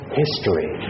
history